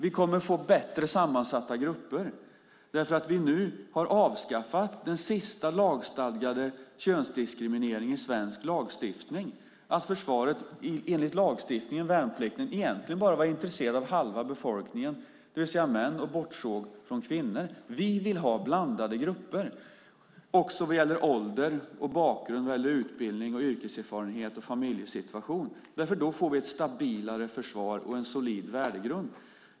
Vi kommer att få bättre sammansatta grupper därför att vi nu har avskaffat den sista lagstadgade könsdiskrimineringen i svensk lagstiftning, att försvaret enligt lagen om värnplikten egentligen bara var intresserat av halva befolkningen, det vill säga män, och bortsåg från kvinnor. Vi vill ha blandade grupper och också vad gäller ålder och bakgrund välja utbildning, yrkeserfarenhet och familjesituation. Därför får vi ett stabilare försvar och en solid värdegrund.